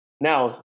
now